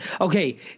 okay